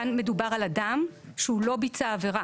כאן מדובר על אדם שהוא לא ביצע עבירה.